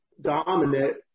dominant